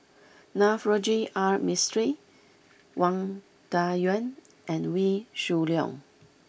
Navroji R Mistri Wang Dayuan and Wee Shoo Leong